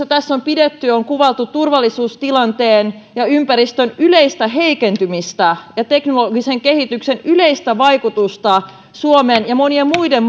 tässä on pidetty on kuvailtu turvallisuustilanteen ja ympäristön yleistä heikentymistä ja teknologisen kehityksen yleistä vaikutusta suomen ja monien muiden